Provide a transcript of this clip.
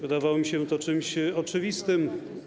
Wydawało mi się to czymś oczywistym.